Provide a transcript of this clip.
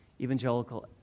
Evangelical